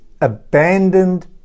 abandoned